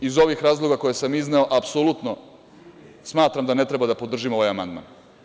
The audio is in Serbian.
Iz ovih razloga koje sam izneo apsolutno smatram da ne treba da podržimo ovaj amandman.